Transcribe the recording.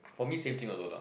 for me same thing also lah